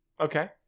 Okay